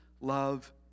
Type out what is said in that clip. love